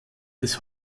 des